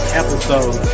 episode